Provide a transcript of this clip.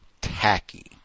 tacky